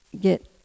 get